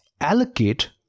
allocate